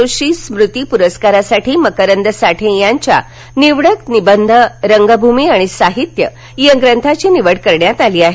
जोशी स्मृती प्रस्कारासाठी मकरंद साठे यांच्या निवडक निबंध रंगभूमी आणि साहित्य या ग्रंथाची निवड करण्यात आली आहे